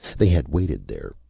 they had waited there,